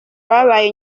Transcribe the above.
babaye